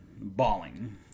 bawling